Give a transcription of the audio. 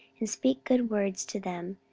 and speak good words to them,